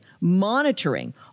monitoring